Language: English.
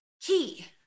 key